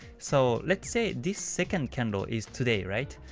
so let's say this second candle is today, alright?